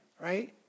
right